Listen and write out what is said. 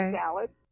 salad